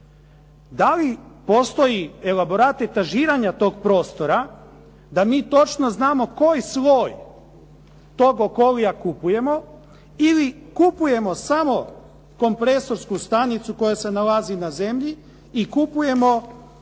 Da li postoji elaborat etažiranja tog prostora da mi točno znamo koji sloj tog Okolija kupujemo ili kupujemo samo kompresorsku stanicu koja se nalazi na zemlji i kupujemo